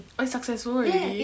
oh it's successful already